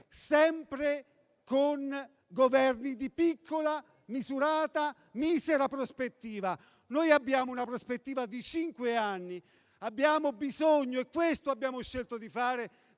sempre con Governi di piccola, misurata e misera prospettiva. Noi abbiamo una prospettiva di cinque anni. Abbiamo bisogno - e questo abbiamo scelto di fare